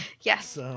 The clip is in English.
yes